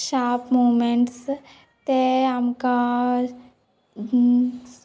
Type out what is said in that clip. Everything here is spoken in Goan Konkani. शार्प मुवमेंट्स ते आमकां